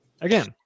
Again